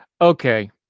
Okay